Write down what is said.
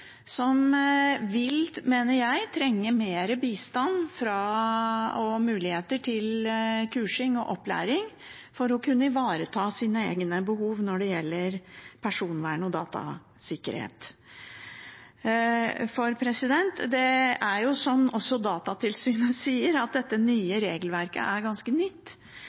som vil, mener jeg, trenge mer bistand og muligheter til kursing og opplæring for å kunne ivareta sine egne behov når det gjelder personvern og datasikkerhet. Også Datatilsynet sier at dette regelverket er ganske nytt